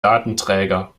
datenträger